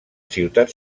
ciutat